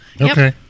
okay